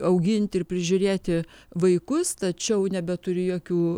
auginti ir prižiūrėti vaikus tačiau nebeturi jokių